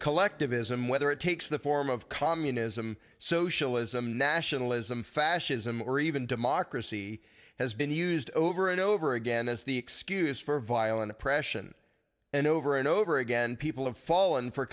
collectivism whether it takes the form of communism socialism nationalism fascism or even democracy has been used over and over again as the excuse for violent oppression and over and over again people have fallen for